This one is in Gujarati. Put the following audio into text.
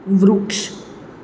વૃક્ષ